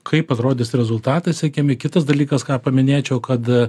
kaip atrodys rezultatas siekėme kitas dalykas ką paminėčiau kad